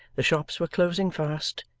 the shops were closing fast,